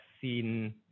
seen